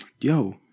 yo